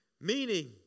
Meaning